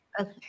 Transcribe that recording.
Okay